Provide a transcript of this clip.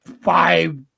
five